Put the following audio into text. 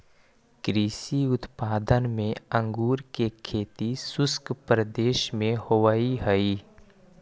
कृषि उत्पाद में अंगूर के खेती शुष्क प्रदेश में होवऽ हइ